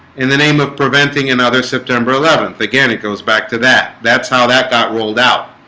in the name of preventing another september eleventh again. it goes back to that. that's how that got rolled out